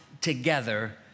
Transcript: together